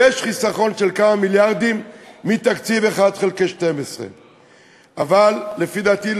יש חיסכון של כמה מיליארדים מתקציב 1 חלקי 12. אבל לפי דעתי,